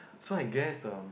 so I guess um